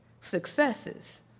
successes